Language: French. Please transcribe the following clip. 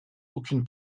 aucune